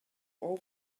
all